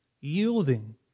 yielding